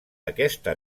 aquesta